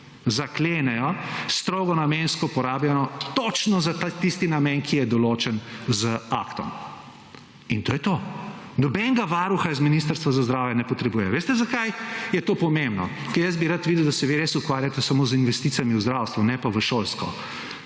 zaklenejo. Strogo namensko porabijo točno za tisti namen, ki je določen z aktom in to je to. Nobenega varuha iz Ministrstva za zdravje ne potrebuje. Veste zakaj je to pomembno, ker jaz bi rad videl, da se vi res ukvarjate samo z investicijami v zdravstvo, ne pa v šolstvo.